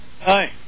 Hi